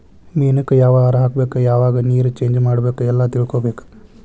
ಮೇನಕ್ಕ ಯಾವ ಆಹಾರಾ ಹಾಕ್ಬೇಕ ಯಾವಾಗ ನೇರ ಚೇಂಜ್ ಮಾಡಬೇಕ ಎಲ್ಲಾ ತಿಳಕೊಬೇಕ